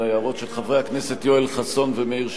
להערות של חברי הכנסת יואל חסון ומאיר שטרית,